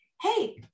Hey